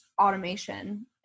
automation